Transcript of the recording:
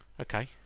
Okay